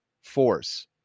force